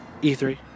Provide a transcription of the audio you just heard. E3